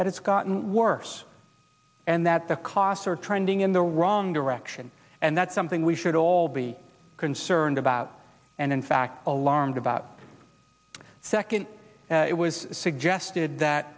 that it's gotten worse and that the costs are trending in the wrong direction and that's something we should all be concerned about and in fact alarmed about second it was suggested